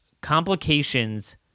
complications